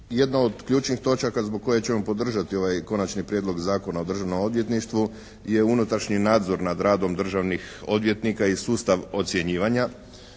jedna od ključnih točaka zbog koje ćemo podržati ovaj Konačni prijedlog Zakona o državnom odvjetništvu je unutrašnji nadzor nad radom državnih odvjetnika i sustav ocjenjivanja.